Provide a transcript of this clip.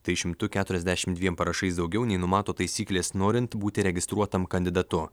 tai šimtu keturiasdešim dviem parašais daugiau nei numato taisyklės norint būti registruotam kandidatu